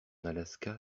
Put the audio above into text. alaska